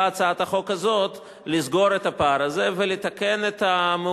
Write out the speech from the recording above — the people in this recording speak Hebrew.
באה הצעת החוק הזאת לסגור את הפער הזה ולתקן את המעוות,